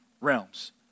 realms